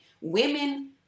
Women